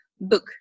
book